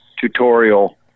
tutorial